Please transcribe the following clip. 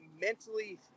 mentally